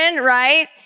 right